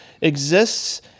exists